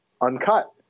uncut